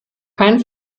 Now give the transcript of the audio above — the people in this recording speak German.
keinen